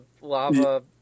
lava